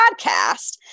podcast